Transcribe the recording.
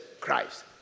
Christ